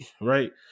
right